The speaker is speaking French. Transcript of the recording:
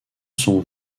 sont